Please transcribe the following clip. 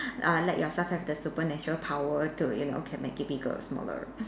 uh let yourself have the supernatural power to you know can make it bigger or smaller